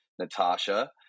Natasha